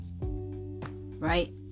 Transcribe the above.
Right